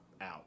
out